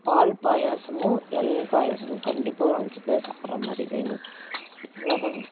பால் பாயசமும் இளநீர் பாயசமும் கண்டிப்பாக ஒரு அஞ்சு பேர் சாப்பிட்ற மாதிரி வேணும் இவ்வளோதாங்க